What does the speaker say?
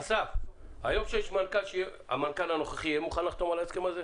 אסף, המנכ"ל הנוכחי יהיה מוכן לחתום על ההסכם הזה?